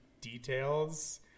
details